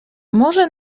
może